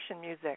music